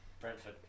Brentford